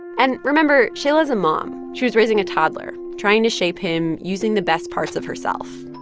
and remember, shaila's a mom. she was raising a toddler, trying to shape him using the best parts of herself.